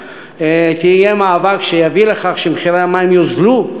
יהיה מאבק שיביא לכך שמחירי המים ירדו.